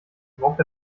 braucht